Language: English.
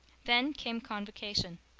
then came convocation.